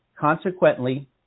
Consequently